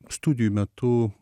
studijų metu